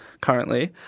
currently